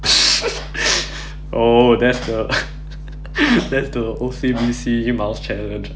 oh that's the that's the O_C_B_C eat mouse challenge